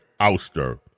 ouster